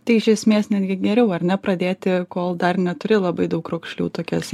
tai iš esmės netgi geriau ar nepradėti kol dar neturi labai daug raukšlių tokias